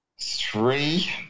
three